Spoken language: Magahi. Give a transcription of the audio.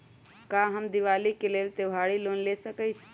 का हम दीपावली के लेल त्योहारी लोन ले सकई?